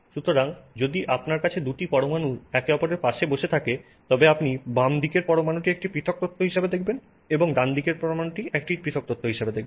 সুতরাং যদি আপনার কাছে 2 টি পরমাণু একে অপরের পাশে বসে থাকে তবে আপনি বামদিকের পরমাণুটিকে একটি পৃথক তথ্য হিসাবে দেখবেন এবং ডানদিকের পরমাণুটিকে একটি পৃথক তথ্য হিসাবে দেখবেন